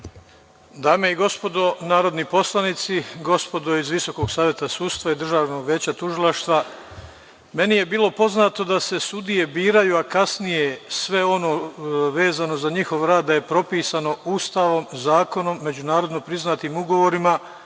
Dame i gospodo narodni poslanici, gospodo iz Visokog saveta sudstva i Državnog veća tužilaštva, meni je bilo poznato da se sudije biraju, a kasnije sve ono vezano za njihov rad da je propisano Ustavom, zakonom, međunarodno priznatim ugovorima